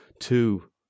two